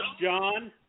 John